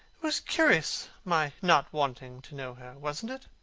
it was curious my not wanting to know her, wasn't it?